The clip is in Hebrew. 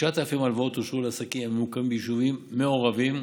וכ-9,000 הלוואות אושרו לעסקים הממוקמים ביישובים מעורבים,